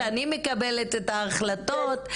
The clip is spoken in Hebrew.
שאני מקבלת את ההחלטות.